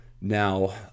Now